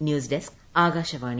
news desk Akashvani